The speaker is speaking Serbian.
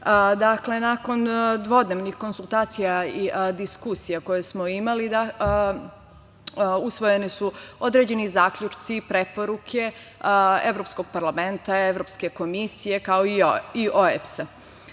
dijaloga. Nakon dvodnevnih konsultacija i diskusija koje smo imali, usvojeni su određeni zaključci i preporuke Evropskog parlamenta, Evropske komisije, kao i OEBS-a. Između